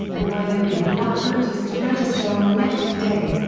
and wyoming allow voters to register on election day.